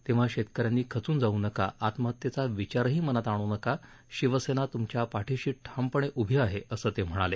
तेव्हा शेतकऱ्यांनी खचून जाऊ नका आत्महत्येचा विचारही मनात आण् नका शिवसेना त्मच्या पाठिशी ठामपणे उभी आहे असं ते म्हणाले